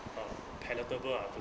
uh palatable ah